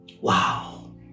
Wow